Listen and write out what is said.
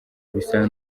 bisa